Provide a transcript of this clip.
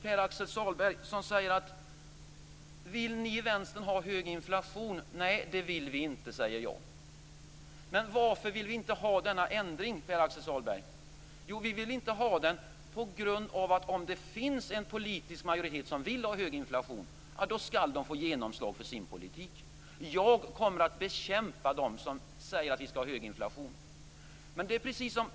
Pär Axel Sahlberg frågar: Vill ni i Vänstern ha hög inflation? Nej, säger jag, det vill vi inte. Men varför vill vi inte ha denna ändring, Per Axel Sahlberg? Jo, på grund av att om det finns en politisk majoritet som vill ha hög inflation, skall den också få genomslag för sin politik. Jag kommer dock att bekämpa dem som säger att vi skall ha en hög inflation.